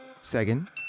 Second